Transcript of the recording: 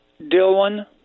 Dylan